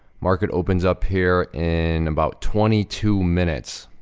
market opens up here in about twenty two minutes,